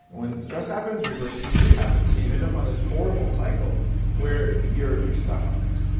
and when stress happens, reverse t three happens so you end up on this horrible cycle where you're you're stuck on this.